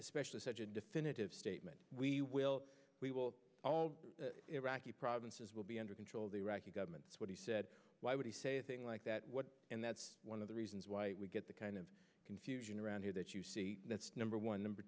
especially such a definitive statement we will we will all iraqi provinces will be under control the iraqi government what he said why would he say things like that what and that's one of the reasons why we get the kind of confusion around here that you see that's number one number